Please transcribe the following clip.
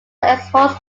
exhaust